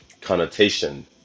connotation